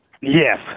Yes